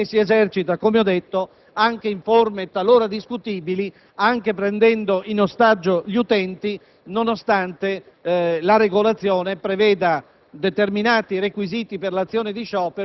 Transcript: una limitazione del diritto di sciopero, che si esercita, come ho detto, anche in forme talora discutibili, prendendo in ostaggio gli utenti, nonostante la regolazione preveda